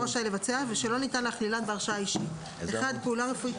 רשאי לבצע ושלא ניתן להכלילן בהרשאה אישית (1)פעולה רפואית